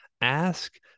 Ask